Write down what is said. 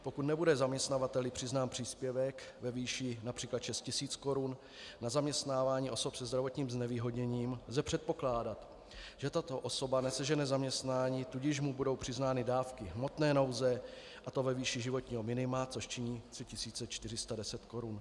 Pokud nebude zaměstnavateli přiznán příspěvek ve výši například 6 000 korun na zaměstnávání osob se zdravotním znevýhodněním, lze předpokládat, že tato osoba nesežene zaměstnání, tudíž jí budou přiznány dávky hmotné nouze, a to ve výši životního minima, což činí 3 410 korun.